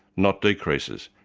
not decreases.